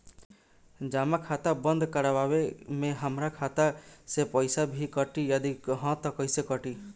जमा खाता बंद करवावे मे हमरा खाता से पईसा भी कटी यदि हा त केतना कटी?